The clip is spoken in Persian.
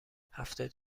هفتاد